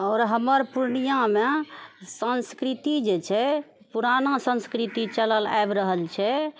आओर हमर पूर्णियामे संस्कृति जे छै पुराना संस्कृति चलल आबि रहल छै